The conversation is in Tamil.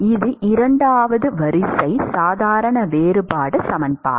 இது இரண்டாவது வரிசை சாதாரண வேறுபாடு சமன்பாடு